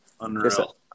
Unreal